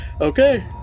Okay